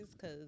cause